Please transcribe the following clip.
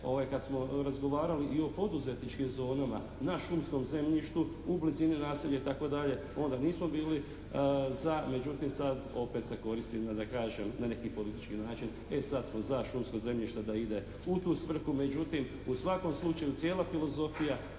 kad smo razgovarali i o poduzetničkim zonama na šumskom zemljištu u blizini naselja itd., onda nismo bili za međutim sada se opet koristim da kažem na neki politički način e sad smo za, šumsko zemljište da ide u tu svrhu. Međutim, u svakom slučaju cijela filozofija